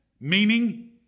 Meaning